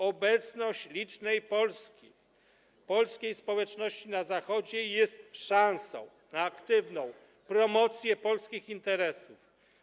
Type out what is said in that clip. Obecność licznej polskiej społeczności na Zachodzie jest szansą na aktywną promocję polskich interesów.